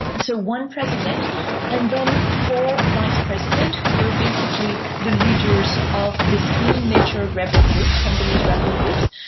so one president and then four vice-presidents, who were basically the leaders of the three major rebel groups, congolese rebel groups,